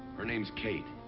her name's katie.